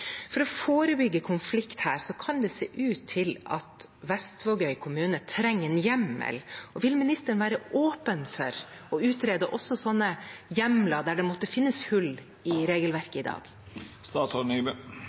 For å forebygge konflikt her kan det se ut til at Vestvågøy kommune trenger en hjemmel. Vil ministeren være åpen for å utrede også slike hjemler der det måtte finnes hull i